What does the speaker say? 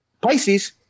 Pisces